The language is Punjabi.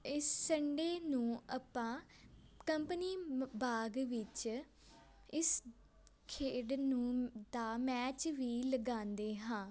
ਇਸ ਸੰਡੇ ਨੂੰ ਆਪਾਂ ਕੰਪਨੀ ਬਾਗ ਵਿੱਚ ਇਸ ਖੇਡ ਨੂੰ ਦਾ ਮੈਚ ਵੀ ਲਗਾਉਂਦੇ ਹਾਂ